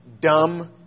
dumb